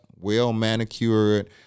well-manicured